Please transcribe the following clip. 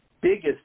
biggest